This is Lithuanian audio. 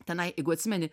tenai jeigu atsimeni